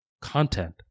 content